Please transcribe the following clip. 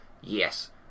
Yes